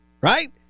Right